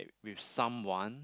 with someone